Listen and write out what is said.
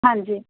ਹਾਂਜੀ